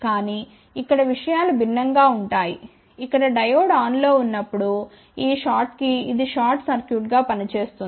కానీ ఇక్కడ విషయాలు భిన్నంగా ఉంటాయి ఇక్కడ డయోడ్ ఆన్లో ఉన్నప్పుడు ఈ ఫ్లాట్కి ఇది షార్ట్ సర్క్యూట్గా పనిచేస్తుంది